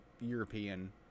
European